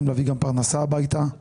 אז לא,